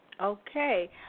Okay